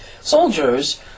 soldiers